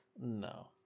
No